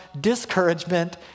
discouragement